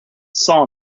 saw